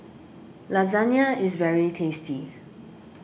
Lasagna is very tasty